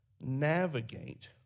navigate